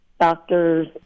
doctors